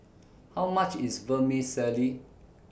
How much IS Vermicelli